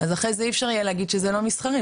אז אחרי זה אי אפשר יהיה להגיד שזה לא מסחרי,